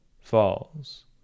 Falls